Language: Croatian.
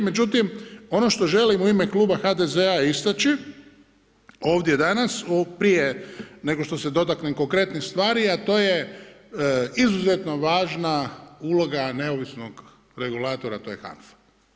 Međutim, ono što želim u ime Kluba HDZ-a isteći, ovdje danas, prije nego što se dotaknem konkretnih stvari, a to je izuzetno važna uloga, neovisnog regulatora a to je HANFA.